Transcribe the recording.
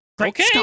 okay